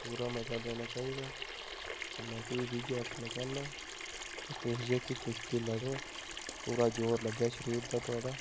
पूरा मज़ा लैना चाहिदा ते में बी इ'यै आखना चाह्न्नां कि तुस जेह्के कुश्ती लड़ो पूरा जोर लग्गै शरीर दा थुआढ़ा